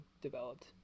developed